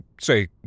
say